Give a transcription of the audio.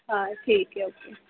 ہاں ٹھیک ہے اوکے